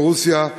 או רוסיה,